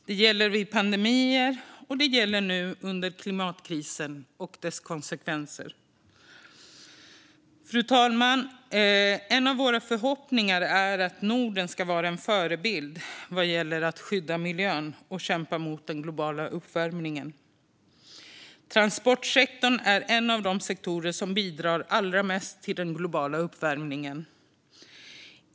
Det gäller vid pandemier, och det gäller nu under klimatkrisen och dess konsekvenser. Fru talman! En av våra förhoppningar är att Norden ska vara en förebild vad gäller att skydda miljön och kämpa mot den globala uppvärmningen. Transportsektorn är en av de sektorer som bidrar allra mest till den globala uppvärmningen.